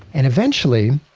and eventually,